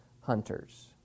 hunters